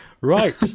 Right